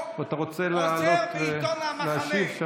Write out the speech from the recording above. אתה רוצה לעלות להשיב.